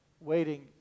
waiting